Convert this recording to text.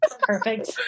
perfect